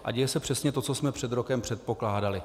A děje se přesně to, co jsme před rokem předpokládali.